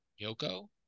Yoko